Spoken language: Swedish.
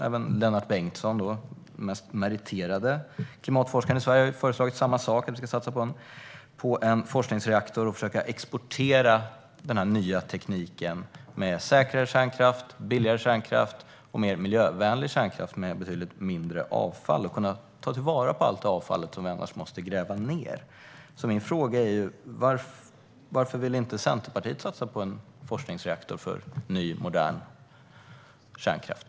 Även Lennart Bengtsson, den mest meriterade klimatforskaren i Sverige, har ju föreslagit samma sak, att vi ska satsa på en forskningsreaktor och försöka att exportera den nya tekniken med säkrare, billigare och mer miljövänlig kärnkraft som ger betydligt mindre avfall. Man ska också kunna ta till vara det avfall som annars måste grävas ned. Min fråga är: Varför vill Centerpartiet inte satsa på en forskningsreaktor för ny, modern kärnkraft?